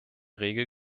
regel